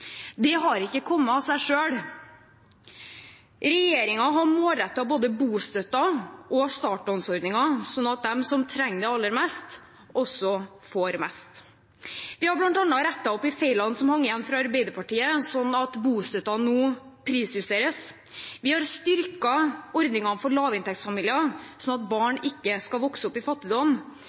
Det har ikke kommet av seg selv. Regjeringen har målrettet både bostøtten og Startlån-ordningen, slik at de som trenger det aller mest, også får mest. Vi har bl.a. rettet opp feilene som hang igjen fra Arbeiderpartiet, slik at bostøtten nå prisjusteres. Vi har styrket ordningene for lavinntektsfamilier, slik at barn ikke skal vokse opp i fattigdom.